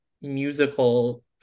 musical